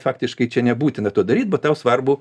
faktiškai čia nebūtina to daryt bet tau svarbu